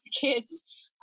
kids